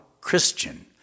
christian